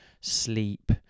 sleep